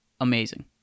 amazing